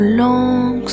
long